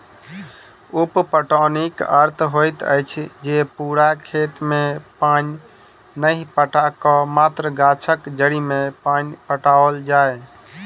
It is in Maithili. उप पटौनीक अर्थ होइत अछि जे पूरा खेत मे पानि नहि पटा क मात्र गाछक जड़ि मे पानि पटाओल जाय